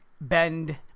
bend